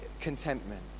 contentment